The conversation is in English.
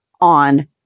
on